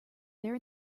there